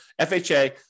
FHA